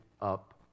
up